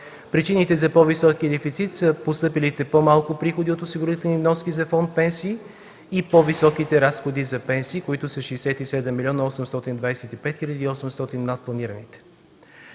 Причините за по-високия дефицит са постъпилите по-малко приходи от осигурителни вноски за Фонд „Пенсии” и по-високите разходи за пенсии, които са 67 млн. 825 хил. и 800 лева над планираните.